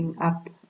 up